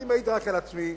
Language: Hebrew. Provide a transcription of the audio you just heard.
אני מעיד רק על עצמי,